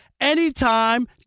anytime